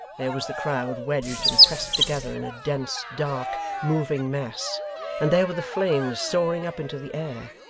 there was the crowd wedged and pressed together in a dense, dark, moving mass and there were the flames soaring up into the air.